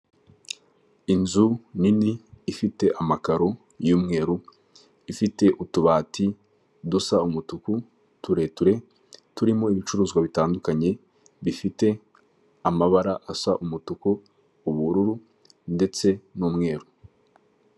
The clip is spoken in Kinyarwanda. Inzu nini ifite amakaro y'umweru, ifite utubati dusa umutuku turerure, turimo ibicuruzwa bitandukanye bifite amabara asa umutuku, ubururu ndetse n'umweru.